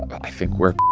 i think we're